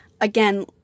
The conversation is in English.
Again